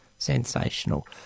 Sensational